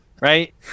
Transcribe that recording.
right